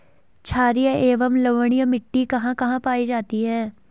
छारीय एवं लवणीय मिट्टी कहां कहां पायी जाती है?